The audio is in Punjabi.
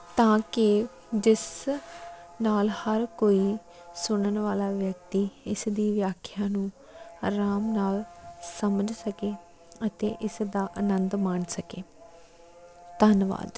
ਤਾਂ ਕਿ ਜਿਸ ਨਾਲ ਹਰ ਕੋਈ ਸੁਣਨ ਵਾਲਾ ਵਿਅਕਤੀ ਇਸ ਦੀ ਵਿਆਖਿਆ ਨੂੰ ਆਰਾਮ ਨਾਲ ਸਮਝ ਸਕੇ ਅਤੇ ਇਸ ਦਾ ਅਨੰਦ ਮਾਣ ਸਕੇ ਧੰਨਵਾਦ